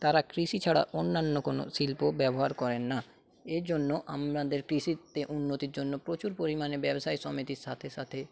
তারা কৃষি ছাড়া অন্যান্য কোনো শিল্প ব্যবহার করেন না এই জন্য আমাদের কৃষিতে উন্নতির জন্য প্রচুর পরিমাণে ব্যবসায়ী সমিতির সাথে সাথে